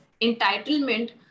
entitlement